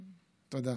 תודה.